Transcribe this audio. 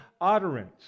utterance